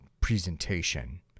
presentation